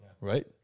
right